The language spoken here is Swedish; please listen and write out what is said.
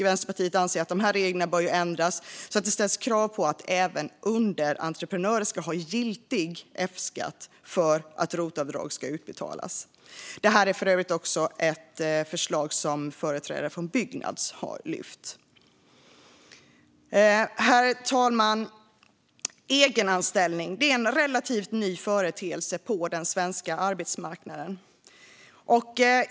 Vänsterpartiet anser att reglerna bör ändras så att det ställs krav på att även underentreprenörer ska ha giltig Fskatt för att rotavdrag ska utbetalas. Det är för övrigt ett förslag som även företrädare för Byggnads har lyft. Herr talman! Egenanställning är en relativt ny företeelse på den svenska arbetsmarknaden.